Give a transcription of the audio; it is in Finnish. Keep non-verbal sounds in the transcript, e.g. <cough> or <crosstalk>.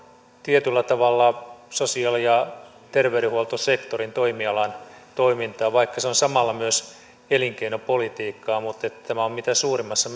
tietyllä tavalla sosiaali ja terveydenhuoltosektorin toimialan toimintaa vaikka se on samalla myös elinkeinopolitiikkaa niin tämä on mitä suurimmassa <unintelligible>